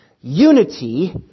unity